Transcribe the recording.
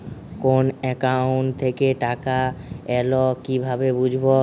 কোন একাউন্ট থেকে টাকা এল কিভাবে বুঝব?